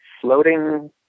floating